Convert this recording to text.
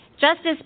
Justice